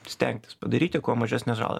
stengtis padaryti kuo mažesnę žalą